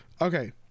okay